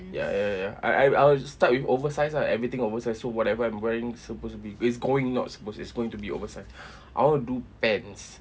ya ya ya I I I'll start with oversize ah everything oversize so whatever I'm wearing suppose to be it's going not suppose is going to be oversized I want to do pants